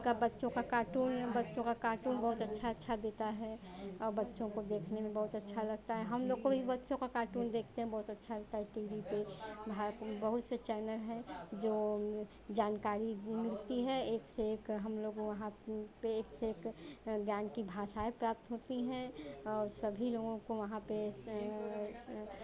कब बच्चों का कार्टून बहुत अच्छा अच्छा देता है बच्चों को देखने में बहुत अच्छा लगता है हम लोग को भी बच्चों का कार्टून देखते हैं बहुत अच्छा लगता है टी वी पर बहुत सारे चैनल हैं जो जानकारी मिलती हैं एक से एक हम लोग वहाँ पर एक से एक ज्ञान की भाषाएँ प्राप्त होती हैं और सभी लोग को वहाँ पर